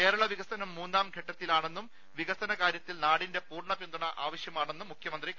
കേരള വികസനം മൂന്നാം ഘട്ടത്തിലാണെന്നും വികസന കാര്യത്തിൽ നാടിന്റെ പൂർണ്ണ പിന്തുണ ആവശ്യമാണെന്നും മുഖ്യമന്ത്രി പറഞ്ഞു